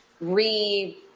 re